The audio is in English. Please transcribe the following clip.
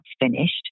finished